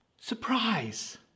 Surprise